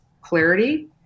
clarity